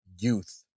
youth